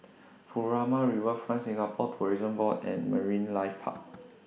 Furama Riverfront Singapore Tourism Board and Marine Life Park